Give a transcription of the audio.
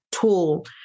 tool